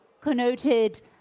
connoted